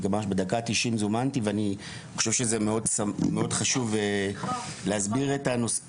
זומנתי בדקה ה-90 ואני חושב שזה מאוד חשוב להסביר את הנושא.